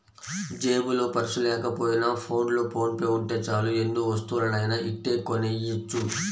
జేబులో పర్సు లేకపోయినా ఫోన్లో ఫోన్ పే ఉంటే చాలు ఎన్ని వస్తువులనైనా ఇట్టే కొనెయ్యొచ్చు